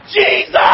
Jesus